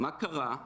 זה